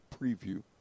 preview